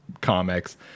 comics